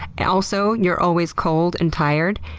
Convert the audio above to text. and also you're always cold and tired,